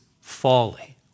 Folly